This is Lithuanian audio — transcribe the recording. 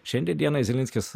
šiandien dienai zelinskis